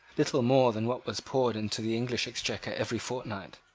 little more than what was poured into the english exchequer every fortnight.